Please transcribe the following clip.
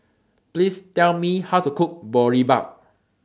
Please Tell Me How to Cook Boribap